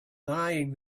lying